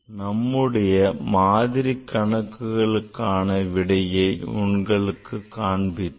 நம்முடைய மாதிரி கணக்குகளுக்கான விடைகளை உங்களுக்கு காண்பித்தேன்